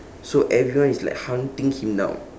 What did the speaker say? so everyone is like hunting him down